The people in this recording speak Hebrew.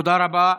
תודה רבה.